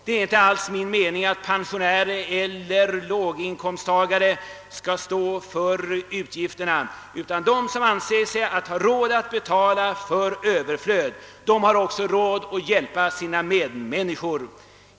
Det är inte alls min mening att pensionärer eller låginkomsttagare skall stå för utgifterna; de som anser sig ha råd att betala för överflöd har också råd att hjälpa sina medmänniskor.